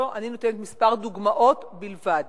אני נותנת כמה דוגמאות בלבד.